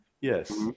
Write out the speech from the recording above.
Yes